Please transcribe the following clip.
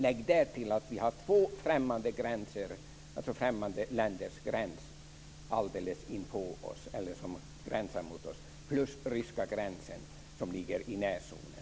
Lägg därtill att vi har två främmande länder som gränsar mot oss plus ryska gränsen som ligger i närzonen.